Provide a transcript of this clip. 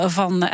van